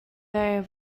very